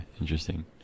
interesting